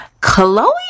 Chloe